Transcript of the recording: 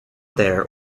there